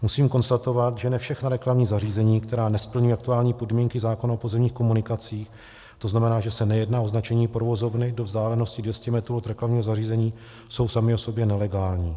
Musím konstatovat, že ne všechna reklamní zařízení, která nesplňují aktuální podmínky zákona o pozemních komunikacích, to znamená, že se nejedná o označení provozovny do vzdálenosti 200 metrů od reklamního zařízení, jsou sama o sobě nelegální.